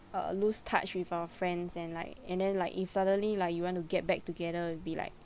uh lose touch with our friends and like and then like if suddenly like you want to get back together you'll be like